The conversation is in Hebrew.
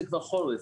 זה כבר חורף,